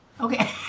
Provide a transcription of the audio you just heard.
Okay